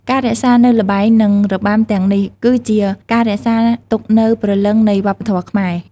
ការរក្សានូវល្បែង និងរបាំទាំងនេះ គឺជាការរក្សាទុកនូវព្រលឹងនៃវប្បធម៌ខ្មែរ។